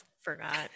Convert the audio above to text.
forgot